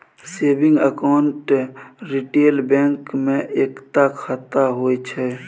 saving account retail bank मे एकता खाता होइ छै